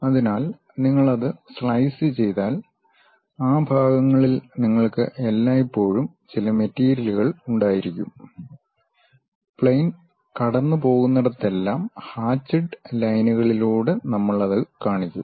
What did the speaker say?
അതിനാൽ നിങ്ങൾ അത് സ്ലൈസ് ചെയ്താൽ ആ ഭാഗങ്ങളിൽ നിങ്ങൾക്ക് എല്ലായ്പ്പോഴും ചില മെറ്റീരിയലുകൾ ഉണ്ടായിരിക്കും പ്ലെയിൻ കടന്നുപോകുന്നിടത്തെല്ലാം ഹാചിഡ് ലൈനുകളിലൂടെ നമ്മൾ അത് കാണിക്കും